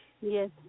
Yes